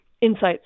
insights